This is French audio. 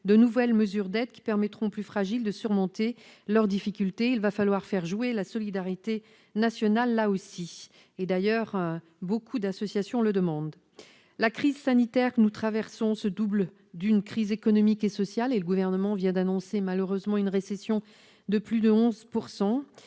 de nouvelles mesures d'aide qui permettront aux plus fragiles de surmonter leurs difficultés. Il va falloir, là aussi, faire jouer la solidarité nationale, comme beaucoup d'associations le demandent. La crise sanitaire que nous traversons se double d'une crise économique et sociale. Le Gouvernement vient malheureusement d'annoncer une récession de plus de 11 %.